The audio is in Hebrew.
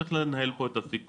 שצריך לנהל פה את הסיכון,